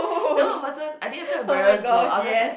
that one wasn't I didn't felt embarassed thought I was just like